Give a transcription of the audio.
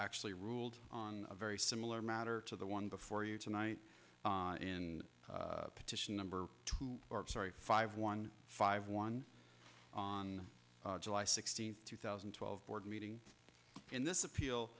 actually ruled on a very similar matter to the one before you tonight in the petition number two or sorry five one five one on july sixteenth two thousand and twelve board meeting in this appeal